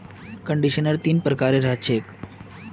conditioner तीन प्रकारेर ह छेक